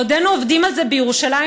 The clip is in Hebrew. בעודנו עובדים על זה בירושלים,